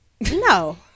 no